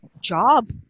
job